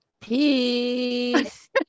Peace